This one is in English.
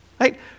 Right